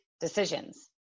decisions